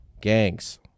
gangs